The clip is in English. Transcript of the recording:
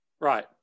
Right